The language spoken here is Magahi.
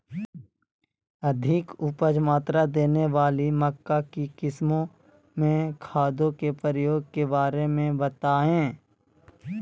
अधिक उपज मात्रा देने वाली मक्का की किस्मों में खादों के प्रयोग के बारे में बताएं?